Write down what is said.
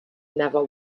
never